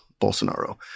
Bolsonaro